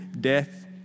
death